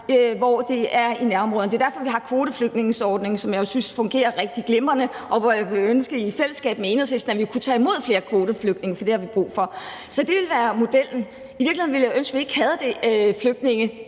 hvor det er i nærområderne. Det er derfor, vi har flygtningekvoteordningen, som jeg jo synes fungerer rigtig glimrende, og hvor jeg i fællesskab med Enhedslisten ville ønske, at vi kunne tage imod flere kvoteflygtninge, for det har vi brug for. Så det vil være modellen. I virkeligheden ville jeg ønske, at vi ikke havde flygtninge